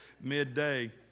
midday